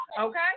okay